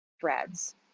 threads